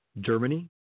Germany